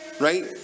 right